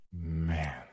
Man